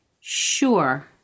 Sure